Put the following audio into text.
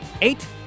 eight